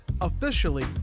officially